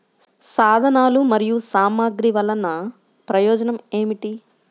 సాధనాలు మరియు సామగ్రి వల్లన ప్రయోజనం ఏమిటీ?